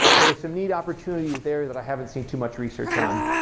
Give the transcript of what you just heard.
there are some neat opportunities there that i haven't seen too much research on.